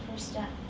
step?